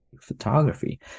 photography